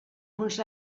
uns